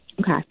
Okay